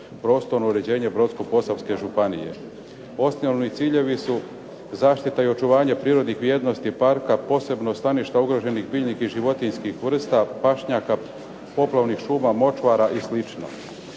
prostorno uređenje Brodsko-posavske županije. Osnovni ciljevi su zaštita i očuvanje prirodnih vrijednosti parka posebno staništa ugroženih biljnih i životinjskih vrsta, pašnjaka, …/Govornik se